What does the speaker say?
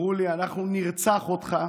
אמרו לי: אנחנו נרצח אותך,